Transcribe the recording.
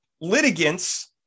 litigants